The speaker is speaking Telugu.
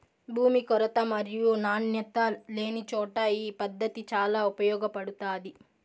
భూమి కొరత మరియు నాణ్యత లేనిచోట ఈ పద్దతి చాలా ఉపయోగపడుతాది